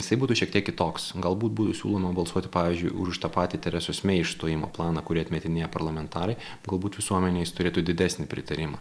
jisai būtų šiek tiek kitoks galbūt būtų siūloma balsuoti pavyzdžiui už tą patį teresos mei išstojimo planą kurį atmetinėja parlamentarai galbūt visuomenėj jis turėtų didesnį pritarimą